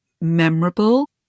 memorable